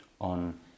on